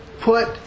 put